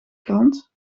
krant